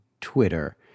Twitter